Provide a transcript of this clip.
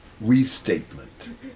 restatement